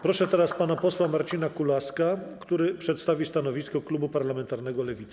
Proszę pana posła Marcina Kulaska, który przedstawi stanowisko klubu parlamentarnego Lewica.